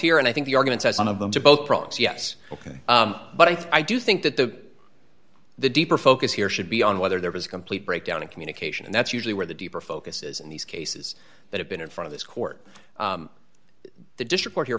here and i think the arguments as one of them to both problems yes ok but i do think that the the deeper focus here should be on whether there was a complete breakdown in communication and that's usually where the deeper focuses in these cases that have been in front of this court the district here